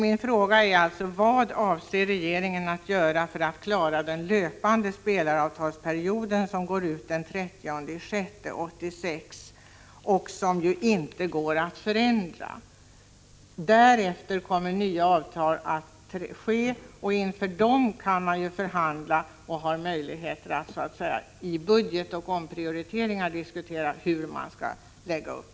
Min fråga är alltså: Vad avser regeringen att göra för att klara den löpande spelaravtalsperioden, som går ut den 30 juni 1986 och som ju inte går att förändra? Därefter kommer nya avtal att träffas. Inför dem kan man ju förhandla och har möjlighet att vid omprioriteringar i budgeten diskutera hur det hela skall läggas upp.